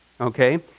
Okay